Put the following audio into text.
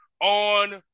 on